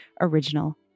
original